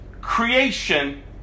creation